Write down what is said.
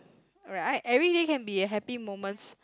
right everyday can be a happy moments